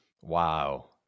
Wow